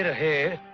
and hey